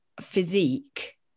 physique